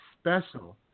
special